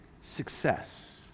success